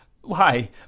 Why